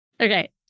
Okay